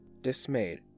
Dismayed